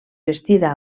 vestida